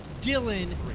Dylan